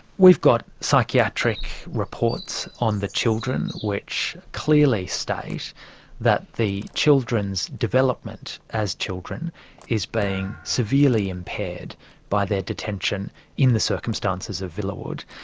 we've got psychiatric reports on the children, which clearly state that the children's development as children is being severely impaired by their detention in the circumstances of villawood.